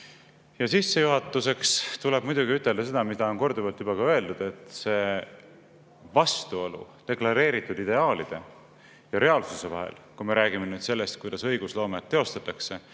Sissejuhatuseks tuleb muidugi ütelda seda, mida on korduvalt juba öeldud, et vastuolu deklareeritud ideaalide ja reaalsuse vahel – kui me räägime sellest, kuidas õigusloomet teostatakse